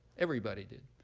everybody did.